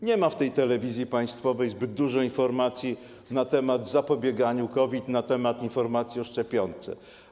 Nie ma w tej telewizji państwowej zbyt dużo informacji na temat zapobiegania COVID, na temat informacji o szczepionce.